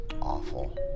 awful